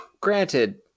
granted